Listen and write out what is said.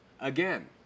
again